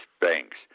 banks